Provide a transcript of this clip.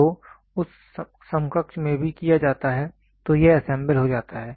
तो उस समकक्ष में भी किया जाता है तो यह असेंबल हो जाता है